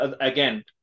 again